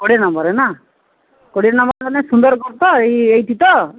କୋଡ଼ିଏ ନମ୍ବର୍ରେ ନା କୋଡ଼ିଏ ନମ୍ବର୍ ମାନେ ସୁନ୍ଦରଗଡ଼ ତ ଏଇ ଏଇଠି ତ